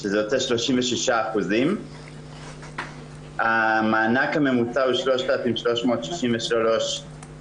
שזה יוצא 36%. המענק הממוצע הוא 3,363 שקל